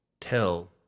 tell